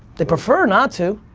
they prefer not to.